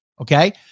Okay